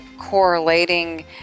correlating